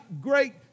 great